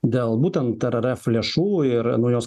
dėl būtent er er ef lėšų ir naujos